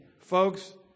folks